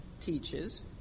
teaches